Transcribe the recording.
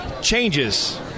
Changes